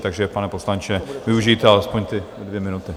Takže, pane poslanče, využijte alespoň ty dvě minuty.